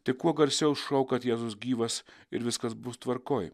tik kuo garsiau šauk kad jėzus gyvas ir viskas bus tvarkoj